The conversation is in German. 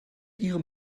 ihrem